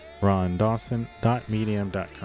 rondawson.medium.com